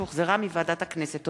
שהוחזרה מוועדת הכנסת.